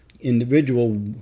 individual